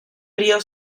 río